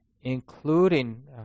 including